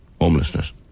homelessness